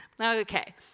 okay